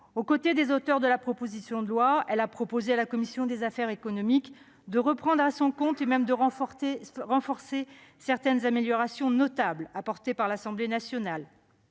Aux côtés des auteurs de la proposition de loi, elle a proposé à la commission des affaires économiques de reprendre à son compte, et même de renforcer, certaines améliorations notables apportées par l'Assemblée nationale.